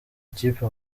ikipe